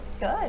good